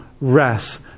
rest